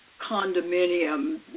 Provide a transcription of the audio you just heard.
condominium